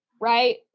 right